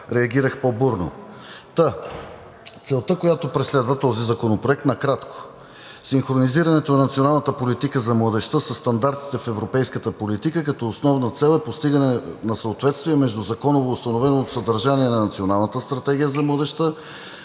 реагирах по-бурно. Целта, която преследва този законопроект, накратко – синхронизирането на националната политика за младежта със стандартите в европейската политика, като основна цел е постигане на съответствие между законово установеното съдържание на Националната стратегия за младежта